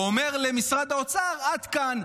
או אומר למשרד האוצר: עד כאן,